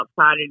outside